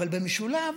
אבל במשולב